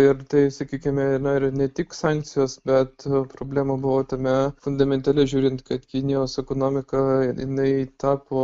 ir tai sakykime na ir ne tik sankcijos bet problema buvo tame fundamentaliai žiūrint kad kinijos ekonomika jinai tapo